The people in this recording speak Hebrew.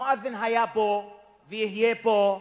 המואזין היה פה ויהיה פה,